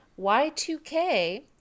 Y2K